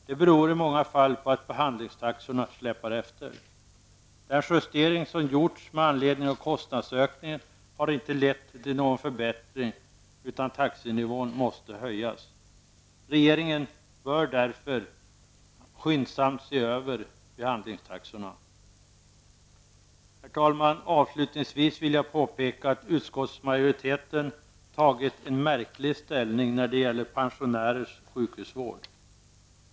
Det beror i många fall på att behandlingstaxorna släpar efter. Den justering som gjorts med anledning av kostnadsökningen har inte lett till någon förbättring utan taxenivån måste höjas. Regeringen bör därför skyndsamt se över behandlingstaxorna. Herr talman! Avslutningsvis vill jag påpeka att utskottsmajoriteten tagit en märklig ställning när det gäller pensionärers sjukhusvård.